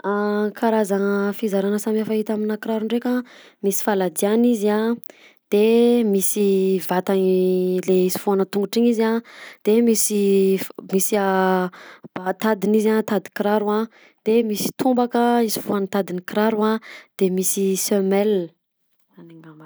Karazagna fizarana samihafa hita amina kiraro ndreka misy faladiàna izy a de misy vatany le isofohana tongotra iny izy a de misy f- misy a ba- tadiny izy a tadikiraro a de misy tombaka isofohany tadikiraro a de misy semelle ny ambaniny.